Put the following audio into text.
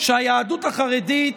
שהיהדות החרדית